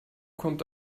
kommt